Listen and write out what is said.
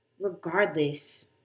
regardless